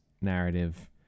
narrative